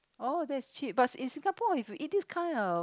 oh that is cheap but in Singapore if you eat this kind of